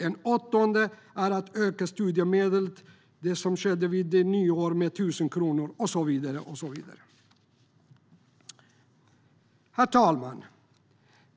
En åttonde reform var det som skedde vid nyår - att öka studiemedlet med 1 000 kronor och så vidare. Herr talman!